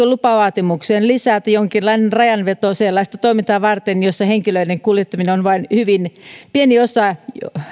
lupavaatimukseen lisätä jonkinlainen rajanveto sellaista toimintaa varten jossa henkilöiden kuljettaminen on vain hyvin pieni osa